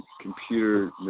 computer